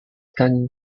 cunning